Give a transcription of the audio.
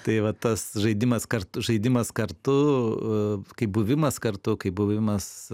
tai va tas žaidimas kartu žaidimas kartu kaip buvimas kartu kaip buvimas